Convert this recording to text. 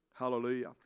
Hallelujah